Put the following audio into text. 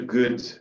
good